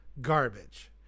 garbage